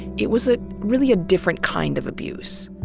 it was ah really a different kind of abuse.